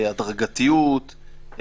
הדרגתיות,